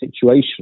situation